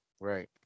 Right